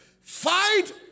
Fight